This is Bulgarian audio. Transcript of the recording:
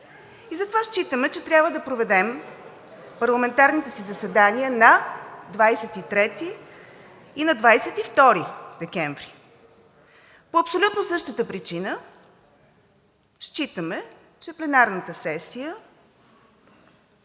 и затова считаме, че трябва да проведем парламентарните си заседания на 23 и на 22 декември. По абсолютно същата причина считаме, че пленарната сесия